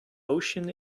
ocean